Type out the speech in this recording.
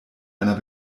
einer